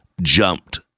jumped